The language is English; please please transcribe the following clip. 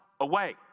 away